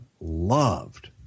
loved